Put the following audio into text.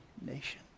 nation